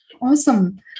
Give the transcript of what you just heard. Awesome